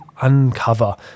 uncover